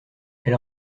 elle